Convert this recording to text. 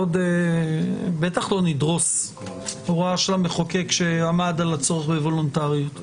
בטח לא נדרוס הוראה של המחוקק שעמד על הצורך בוולונטריות.